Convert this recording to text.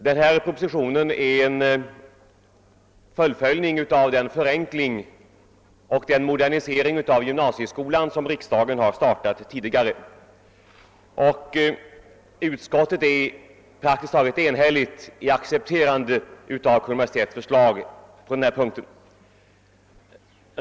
Den proposition som behandlas innebär ett fullföljande av den förenkling och den modernisering av gymnasieskolan som riksdagen har startat tidigare. Utskottet är praktiskt taget enhälligt i accepterandet av Kungl. Maj:ts förslag därvidlag.